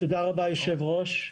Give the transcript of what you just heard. תודה רבה, אדוני יושב הראש.